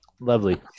Lovely